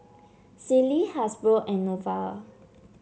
Sealy Hasbro and Nova